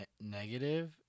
negative